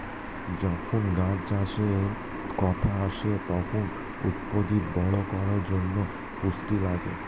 যখন গাছ চাষের কথা আসে, তখন উদ্ভিদ বড় করার জন্যে পুষ্টি লাগে